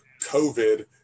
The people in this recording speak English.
COVID